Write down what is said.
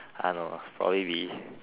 I don't know probably we